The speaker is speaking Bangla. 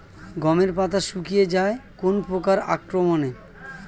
গমের পাতা শুকিয়ে যায় কোন পোকার আক্রমনে?